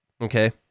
Okay